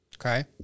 okay